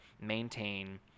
maintain